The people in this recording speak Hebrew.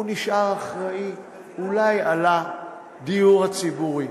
הוא נשאר אחראי אולי על הדיור הציבורי,